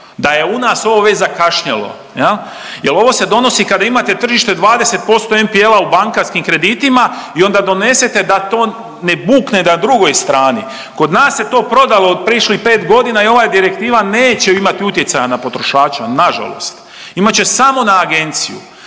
da je u nas ovo već zakašnjelo jel, jel ovo se donosi kada imate tržište 20% NPL u bankarskim kreditima i onda donesete da to ne bukne na drugoj strani, kod nas se to prodalo …/Govornik se ne razumije/… 5.g. i ova direktiva neće imati utjecaja na potrošača nažalost, imat će samo na agenciju.